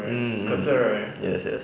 mm yes yes